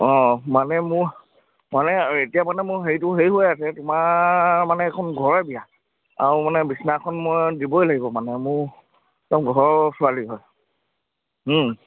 অঁ মানে মোৰ মানে এতিয়া মানে মোৰ হেৰিটো হেৰি হৈ আছে তোমাৰ মানে এখন ঘৰৰে বিয়া আৰু মানে বিচনাখন মই দিবই লাগিব মানে মোৰ একদম ঘৰৰ ছোৱালী হয়